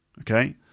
Okay